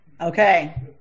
Okay